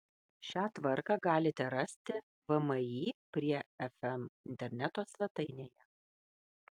šią tvarką galite rasti vmi prie fm interneto svetainėje